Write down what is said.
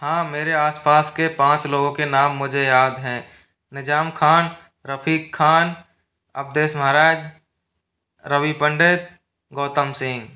हाँ मेरे आस पास के पाँच लोगों के नाम मुझे याद हैं निज़ाम ख़ान रफ़ीक़ ख़ान अवधेश महाराज रवि पंडित गौतम सिंह